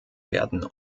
werden